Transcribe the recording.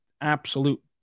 absolute